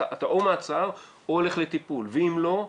או מעצר או הולך לטיפול ואם לא,